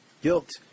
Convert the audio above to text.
Guilt